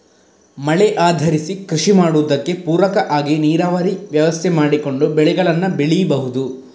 ಮಳೆ ಆಧರಿಸಿ ಕೃಷಿ ಮಾಡುದಕ್ಕೆ ಪೂರಕ ಆಗಿ ನೀರಾವರಿ ವ್ಯವಸ್ಥೆ ಮಾಡಿಕೊಂಡು ಬೆಳೆಗಳನ್ನ ಬೆಳೀಬಹುದು